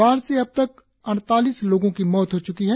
बाढ़ से अब तक अड़तालीस लोगों की मौत हो च्की है